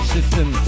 System